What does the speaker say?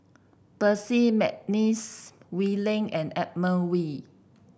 Percy McNeice Wee Lin and Edmund Wee